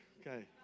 okay